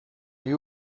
you